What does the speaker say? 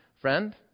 Friend